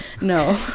No